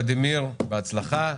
ולדימיר, בהצלחה.